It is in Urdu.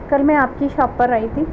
کل میں آپ کی شاپ پر آئی تھی